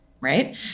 right